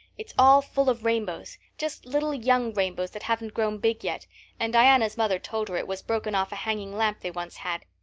it's all full of rainbows just little young rainbows that haven't grown big yet and diana's mother told her it was broken off a hanging lamp they once had.